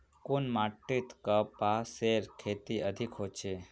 कुन माटित कपासेर खेती अधिक होचे?